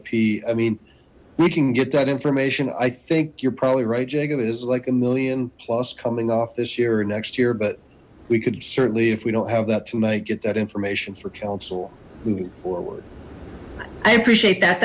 p i mean we can get that information i think you're probably right jacob it is like a million plus coming off this year or next year but we could certainly if we don't have that tonight get that information for council i appreciate that